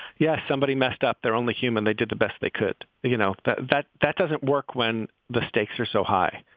yes, somebody messed up. they're only human. they did the best they could. you know but that. that doesn't work when the stakes are so high.